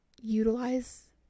utilize